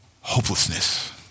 hopelessness